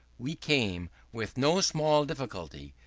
we came, with no small difficulty,